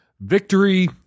Victory